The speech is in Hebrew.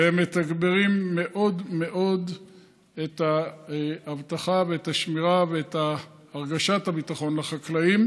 והם מתגברים מאוד מאוד את האבטחה ואת השמירה ואת הרגשת הביטחון לחקלאים.